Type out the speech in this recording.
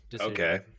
Okay